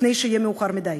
לפני שיהיה מאוחר מדי.